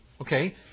Okay